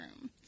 room